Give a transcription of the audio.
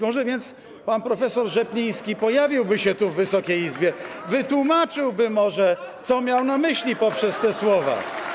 Może więc pan prof. Rzepliński pojawiłby się tu w Wysokiej Izbie, wytłumaczyłby może, co miał na myśli poprzez te słowa.